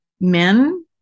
men